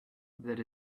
that